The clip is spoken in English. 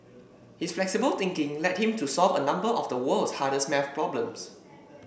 his flexible thinking led him to solve a number of the world's hardest maths problems